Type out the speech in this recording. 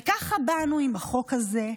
וככה באנו עם החוק הזה,